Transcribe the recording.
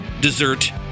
dessert